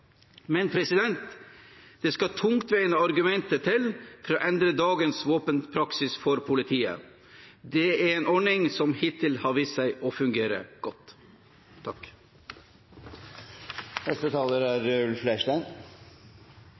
Men det skal tungtveiende argumenter til for å endre dagens våpenpraksis for politiet. Det er en ordning som hittil har vist seg å fungere godt.